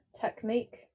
technique